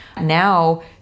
Now